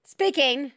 Speaking